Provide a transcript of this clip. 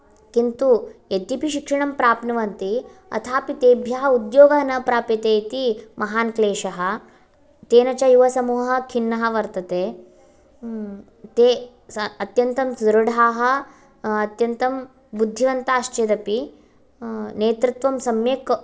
किन्तु यद्यपि शिक्षणं प्राप्नुवन्ति अथापि तेभ्यः उद्योगः न प्राप्यते इति महान् क्लेशः तेन च युवसमूहः खिन्नः वर्तते ते अत्यन्तं सुदृढाः अत्यन्तं बुद्धिवन्ताश्च अपि नेतृत्त्वं सम्यक्